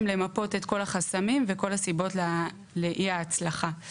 למפות את כל החסמים ואת כל הסיבות לאי ההצלחה.